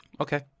Okay